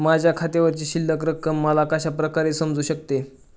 माझ्या खात्यावरची शिल्लक रक्कम मला कशा प्रकारे समजू शकते?